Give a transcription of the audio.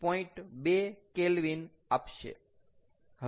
2 K આપશે